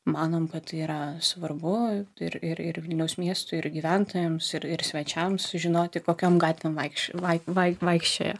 manom kad tai yra svarbu ir ir vilniaus miestui ir gyventojams ir svečiams sužinoti kokiam gatvėm vaikščioti vai vai vaikščiojo